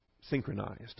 synchronized